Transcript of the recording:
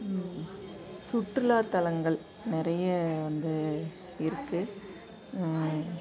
சுற்றுலாத்தலங்கள் நிறையா வந்து இருக்குது